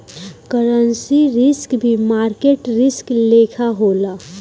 currency risk भी market risk लेखा होला